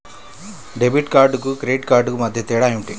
Debit కార్డుకు credit కార్డుకు మధ్య తేడా ఏమిటీ?